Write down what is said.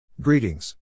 Greetings